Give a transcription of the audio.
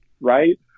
right